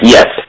Yes